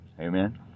Amen